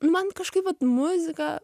man kažkaip vat muzika